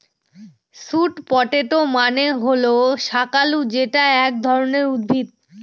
sweet potato মানে হল শাকালু যেটা এক ধরনের উদ্ভিদ